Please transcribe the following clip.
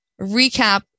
recap